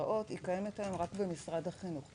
ההתרעות הזאת קיימת היום רק במשרד החינוך.